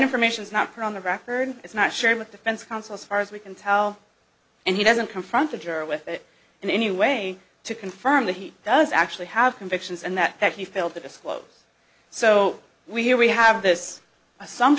information is not put on the record it's not shared with defense counsel as far as we can tell and he doesn't confronted her with it in any way to confirm that he does actually have convictions and that he failed to disclose so we here we have this